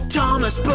Thomas